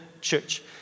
church